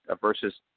versus